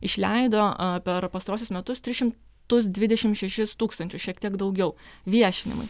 išleido per pastaruosius metus tris šimtus dvidešim šešis tūkstančius šiek tiek daugiau viešinimui